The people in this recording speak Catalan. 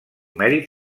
mèrit